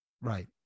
Right